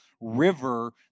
river